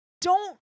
don't-